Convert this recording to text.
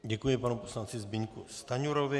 Děkuji panu poslanci Zbyňku Stanjurovi.